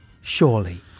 surely